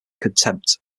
contempt